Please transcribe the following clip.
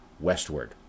westward